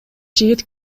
жигит